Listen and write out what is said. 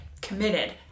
committed